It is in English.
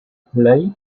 play